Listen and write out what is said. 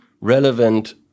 relevant